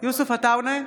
יוסף עטאונה,